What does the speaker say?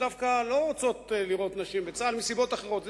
שדווקא לא רוצות לראות נשים בצה"ל מסיבות אחרות.